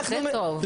זה טוב.